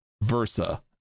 versa